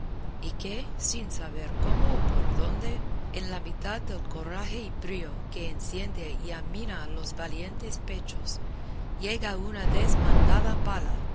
y que sin saber cómo o por dónde en la mitad del coraje y brío que enciende y anima a los valientes pechos llega una desmandada bala